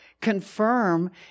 confirm